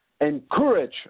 encourage